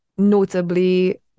notably